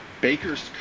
Baker's